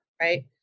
right